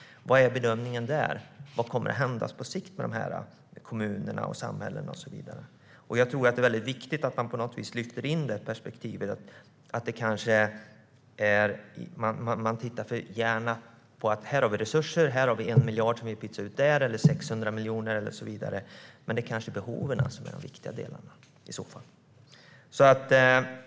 Vad är bedömningen där? Vad kommer att hända på sikt med dessa kommuner och samhällen? Jag tror att det är viktigt att man på något vis lyfter in detta perspektiv. Man tittar gärna på att det finns resurser - 1 miljard som vi pytsar ut där, 600 miljoner där och så vidare. Men det kanske är behoven som är de viktiga delarna i så fall.